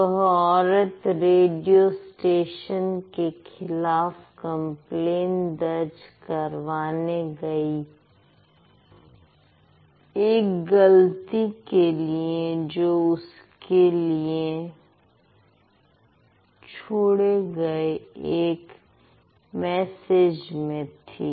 वह औरत radio station के खिलाफ कंप्लेंट दर्ज करवाने गई एक गलती के लिए जो उसके लिए छोड़े गए एक मैसेज में थी